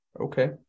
okay